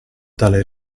tale